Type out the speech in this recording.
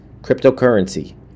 cryptocurrency